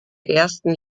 ersten